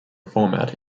format